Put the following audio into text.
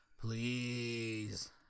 Please